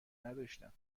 نداشتم